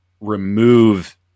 remove